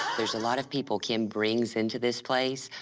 there's a lot of people kim brings into this place.